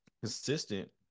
consistent